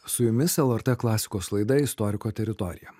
su jumis lrt klasikos laida istoriko teritorija